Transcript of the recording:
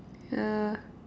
yeah